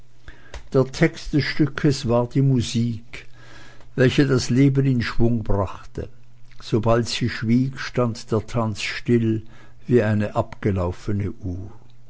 der text des stückes war die musik welche das leben in schwung brachte sobald sie schwieg stand der tanz still wie eine abgelaufene uhr